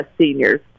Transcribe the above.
seniors